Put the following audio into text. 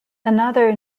another